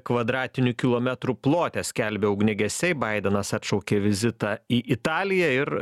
kvadratinių kilometrų plote skelbia ugniagesiai baidenas atšaukė vizitą į italiją ir